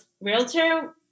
realtor